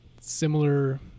similar